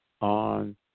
on